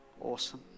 Awesome